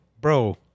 bro